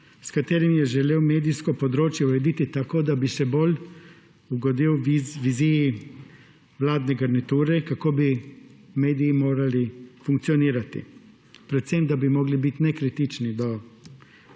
s katerim je želel medijsko področje urediti tako, da bi še bolj ugodil viziji vladne garniture, kako bi mediji morali funkcionirati, predvsem, da bi morali biti nekritični do